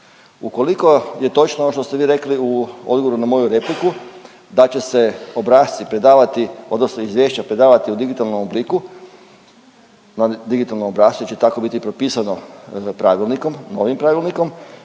Ukoliko je točno ono što ste vi rekli u odgovoru na moju repliku, da će se obrasci predavati odnosno izvješća predavati u digitalnom obliku, na digitalnom obrascu jer će tako biti i propisano na pravilnikom,